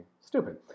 stupid